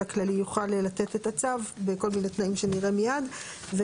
הכללי יוכל לתת את הצו בכל מיני תנאים שנראה מיד.